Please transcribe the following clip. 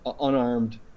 unarmed